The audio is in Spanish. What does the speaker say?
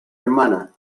hermana